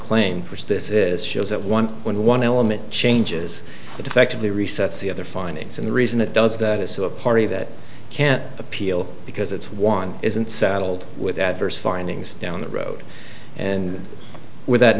is shows that one when one element changes that effectively resets the other findings and the reason it does that is so a party that can't appeal because it's one isn't saddled with adverse findings down the road and with that